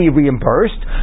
reimbursed